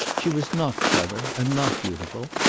she was not clever and not beautiful.